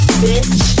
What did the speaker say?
bitch